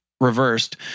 reversed